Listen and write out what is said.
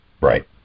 Right